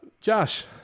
josh